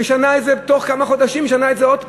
משנה את זה, ותוך כמה חודשים משנה את זה עוד פעם?